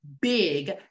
big